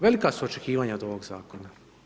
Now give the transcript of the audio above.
Velika su očekivanja od ovog Zakona.